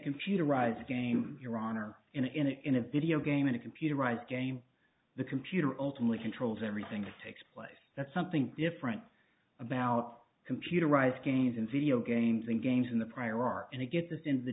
computerized game iran or in a in a in a video game in a computerized game the computer alternately controls everything that takes place that's something different about computerized games and video games and games in the prior art and it gets in